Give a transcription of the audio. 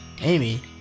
Amy